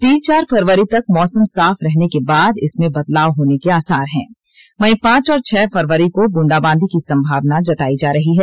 तीन चार फरवरी तक मौसम साफ रहने के बाद इसमें बदलाव होने के आसार है वहीं पांच और छह फरवरी को ब्रंदाबांदी की संभावना जताई जा रही है